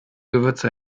gewürze